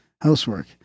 housework